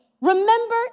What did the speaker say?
remember